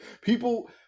People